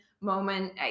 moment